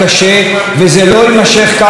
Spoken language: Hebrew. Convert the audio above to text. וזה לא יימשך כך לעד.